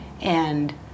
And-